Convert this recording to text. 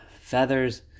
feathers